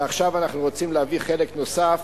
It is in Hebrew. ועכשיו אנחנו רוצים להביא חלק נוסף,